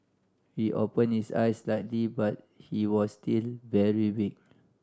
he opened his eyes slightly but he was still very weak